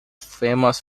famous